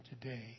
today